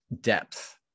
depth